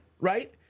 right